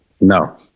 No